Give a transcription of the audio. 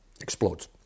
explodes